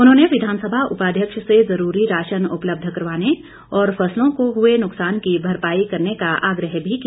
उन्होंने विधानसभा उपाध्यक्ष से जरूरी राशन उपलब्ध करवाने और फसलों को हुए नुक्सान की भरपाई करने का आग्रह भी किया